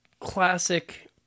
classic